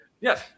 Yes